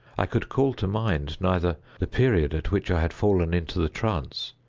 i could call to mind neither the period at which i had fallen into the trance,